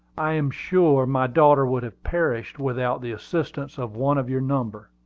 i am sure my daughter would have perished without the assistance of one of your number.